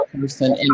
person